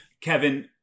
Kevin